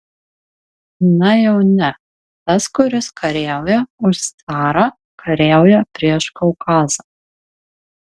na jau ne tas kuris kariauja už carą kariauja prieš kaukazą